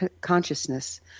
Consciousness